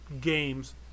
games